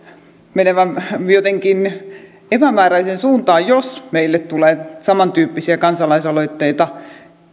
menevän jotenkin epämääräiseen suuntaan jos meille tulee enemmän samantyyppisiä kansalaisaloitteita